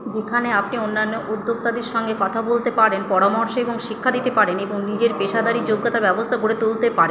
যেখানে আপনি অন্যান্য উদ্যোক্তাদের সঙ্গে কথা বলতে পারেন পরামর্শ এবং শিক্ষা দিতে পারেন এবং নিজের পেশাদারী যোগ্যতার ব্যবস্থা গড়ে তুলতে পারে